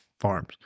farms